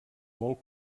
molt